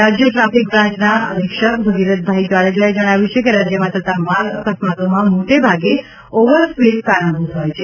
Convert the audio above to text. રાજ્ય ટ્રાફિક બ્રાન્ચના અધિક્ષક ભગીરથભાઈ જાડેજાએ જણાવ્યું છે કે રાજ્યમાં થતાં માર્ગ અકસ્માતોમાં મોટાભાગે ઓવર સ્પીડ કારણભૂત હોય છે